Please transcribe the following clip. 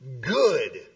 good